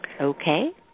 Okay